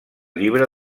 llibre